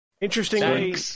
interestingly